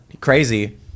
crazy